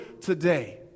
today